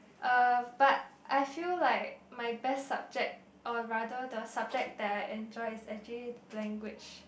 uh but I feel like my best subject or rather the subject that I enjoy is actually language